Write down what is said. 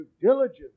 Diligence